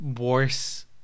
worse